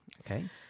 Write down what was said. Okay